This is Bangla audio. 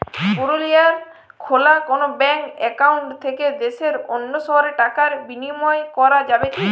পুরুলিয়ায় খোলা কোনো ব্যাঙ্ক অ্যাকাউন্ট থেকে দেশের অন্য শহরে টাকার বিনিময় করা যাবে কি?